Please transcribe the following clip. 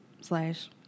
Slash